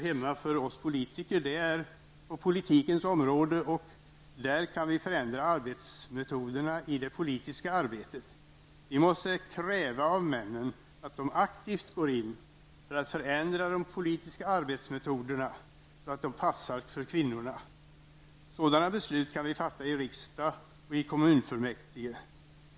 Hemma är för oss politiker på politikens område. Vi kan där förändra arbetsmetoderna i det politiska arbetet. Vi måste kräva av männen att de aktivt går in för att förändra de politiska arbetsmetoderna så att de passar för kvinnorna. Sådana beslut kan vi fatta i riksdagen och i kommunfullmäktige.